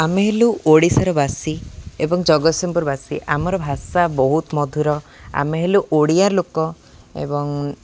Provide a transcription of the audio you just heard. ଆମେ ହେଲୁ ଓଡ଼ିଶାର ବାସୀ ଏବଂ ଜଗତସିଂହପୁର ବାସୀ ଆମର ଭାଷା ବହୁତ ମଧୁର ଆମେ ହେଲୁ ଓଡ଼ିଆ ଲୋକ ଏବଂ